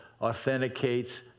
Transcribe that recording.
authenticates